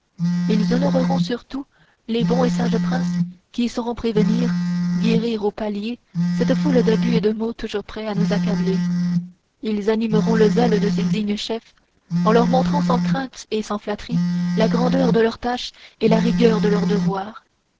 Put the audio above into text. ils honoreront surtout les bons et sages princes qui sauront prévenir guérir ou pallier cette foule d'abus et de maux toujours prêts à nous accabler ils animeront le zèle de ces dignes chefs en leur montrant sans crainte et sans flatterie la grandeur de leur tâche et la rigueur de leur devoir